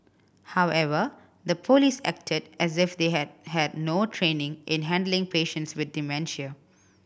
however the police acted as if they had had no training in handling patients with dementia